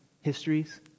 histories